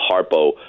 Harpo